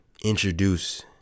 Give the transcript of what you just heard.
introduce